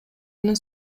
менен